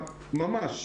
חבר הכנסת עפר שלח,